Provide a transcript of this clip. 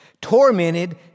tormented